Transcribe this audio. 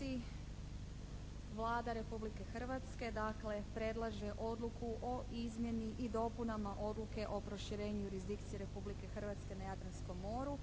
Vlada Republike Hrvatske dakle predlaže odluku o izmjeni i dopunama Odluke o proširenju jurisdikcije Republike Hrvatske na Jadranskom moru